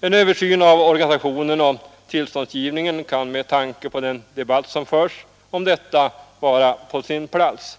En översyn av organisationen och tillståndsgivningen kan med tanke på den debatt som förts om detta vara på sin plats,